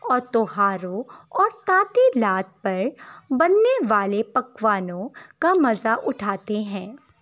اور توہاروں اور تعطیلات پر بننے والے پکوانوں کا مزہ اٹھاتے ہیں